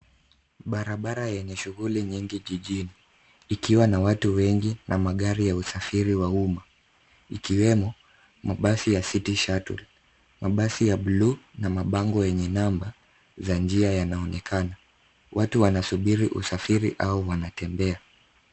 Barabara yenye shughuli nyingi jijini ikiwa na watu wengi na magari ya usafiri wa umma, ikiwemo mabasi ya City Shuttle , mabasi ya bluu na mabango wenye namba za njia yanaonekana. Watu wanasubiri usafiri au wanatembea.